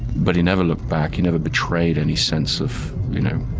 but he never looked back, he never betrayed any sense of, you know,